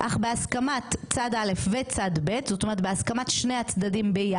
זה בהסכמת שני הצדדים.